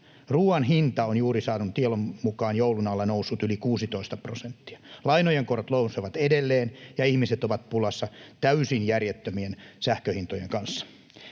Ruoan hinta on juuri saadun tiedon mukaan joulun alla noussut yli 16 prosenttia. Lainojen korot nousevat edelleen, ja ihmiset ovat pulassa täysin järjettömien sähköhintojen kanssa.